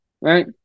right